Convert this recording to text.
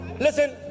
Listen